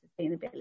sustainability